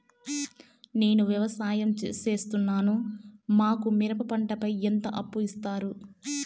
నేను వ్యవసాయం సేస్తున్నాను, మాకు మిరప పంటపై ఎంత అప్పు ఇస్తారు